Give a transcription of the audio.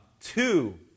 two